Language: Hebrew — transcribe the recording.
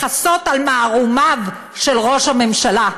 לכסות על מערומיו של ראש הממשלה.